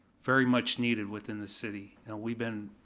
very much needed within the city. and we've been,